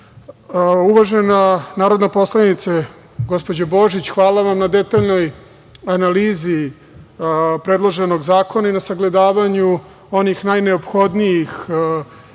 sportu. Uvažena narodna poslanice, gospođo Božić, hvala vam na detaljnoj analizi predloženog zakona i na sagledavanju onih najneophodnijih